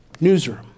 newsroom